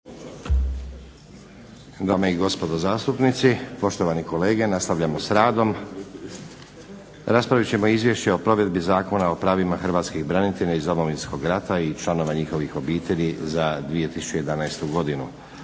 Dame i gospodo zastupnici, poštovani kolege nastavljamo sa radom. Raspravit ćemo - Izvješće o provedbi Zakona o pravima hrvatskih branitelja iz Domovinskog rata i članova njihovih obitelji za 2011. godinu